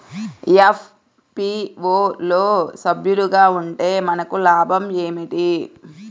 FPO లో సభ్యులుగా ఉంటే మనకు లాభం ఏమిటి?